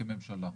כממשלה.